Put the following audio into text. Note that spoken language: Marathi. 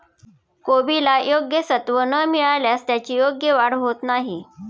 कोबीला योग्य सत्व न मिळाल्यास त्याची योग्य वाढ होत नाही